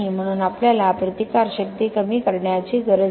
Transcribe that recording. म्हणून आपल्याला प्रतिकारशक्ती कमी करण्याची गरज नाही